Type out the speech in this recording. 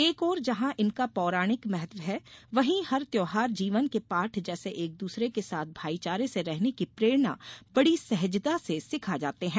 एक ओर जहाँ इनका पौराणिक महत्व है वहीं हर त्योहार जीवन के पाठ जैसे एक दूसरे के साथ भाईचारे से रहने की प्रेरणा बड़ी सहजता से सिखा जाते हैं